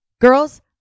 Girls